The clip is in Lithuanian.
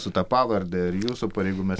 su ta pavarde ir jūsų pareigomis